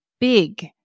big